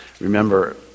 Remember